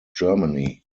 germany